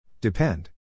Depend